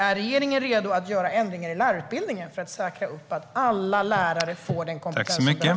Är regeringen redo att göra ändringar i lärarutbildningen för att säkra att alla lärare får den kompetens som behövs?